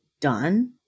done